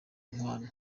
inkwano